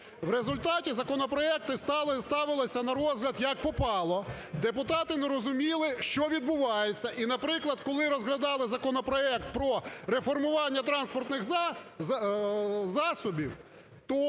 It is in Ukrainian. В результаті законопроекти ставилися на розгляд як попало, депутати не розуміли, що відбувається. І, наприклад, коли розглядали законопроект про реформування транспортних засобів,